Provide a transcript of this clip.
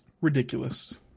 ridiculous